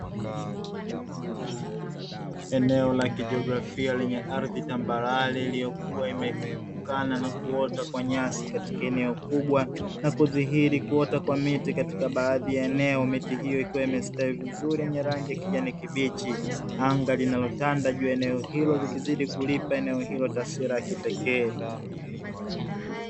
Eneo la kijografia lenye ardhi tambarare iliyokuwa imeepukana na kuota kwa nyasi katika eneo kubwa na kudhihiri kuota kwa miti katika baadhi ya eneo miti hiyo ikiwa imestawi vizuri yenye rangi kijani kibichi anga linalotanda juu ya eneo hilo ikizidi kulipa eneo hilo taswira ya kipekee.